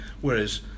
Whereas